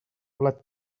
blat